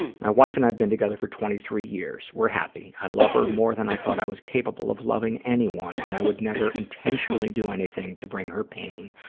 my wife and i have been together for twenty three years. we're happy. i love her more than i thought i was capable of loving anyone, and i would never intentionally do anything to bring her pain,